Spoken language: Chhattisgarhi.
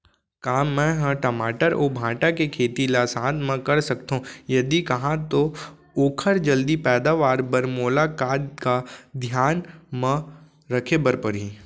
का मै ह टमाटर अऊ भांटा के खेती ला साथ मा कर सकथो, यदि कहाँ तो ओखर जलदी पैदावार बर मोला का का धियान मा रखे बर परही?